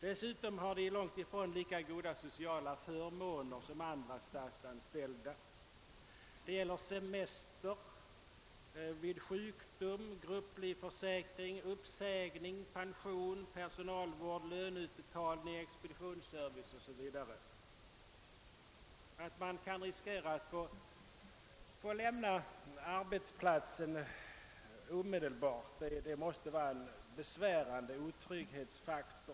Dessutom har de långt ifrån lika goda sociala förmåner som andra statsanställda i fråga om semester, sjukdom, grupplivförsäkring, uppsägning, pension, personalvård, löneutbetalning, expeditionsservice 0. s. v. Att de kan riskera att få lämna arbetsplatsen omedelbart måste också vara en besvärande otrygghetsfaktor.